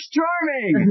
Charming